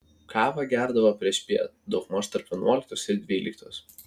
kavą gerdavo priešpiet daugmaž tarp vienuoliktos ir dvyliktos